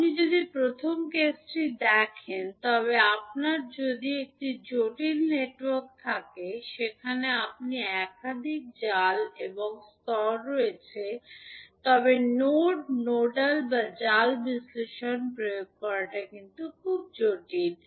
আপনি যদি প্রথম কেসটি দেখেন তবে আপনার যদি একটি জটিল নেটওয়ার্ক থাকে যেখানে আপনার একাধিক জাল এবং স্তর রয়েছে তবে নোড নোডাল বা জাল বিশ্লেষণ প্রয়োগ করা কিছুটা জটিল